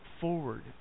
forward